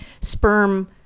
sperm